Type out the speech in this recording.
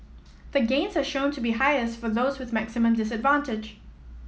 the gains are shown to be highest for those with maximum disadvantage